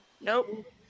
Nope